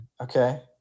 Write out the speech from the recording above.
Okay